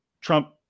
Trump